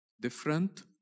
Different